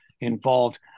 involved